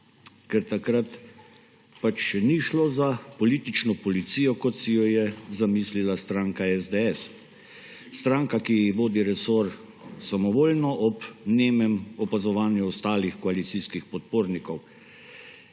ker takrat še ni šlo za politično policijo, kot si jo je zamislila stranka SDS, stranka, ki vodi resor samovoljno ob nemem opazovanju ostalih koalicijskih podpornikov.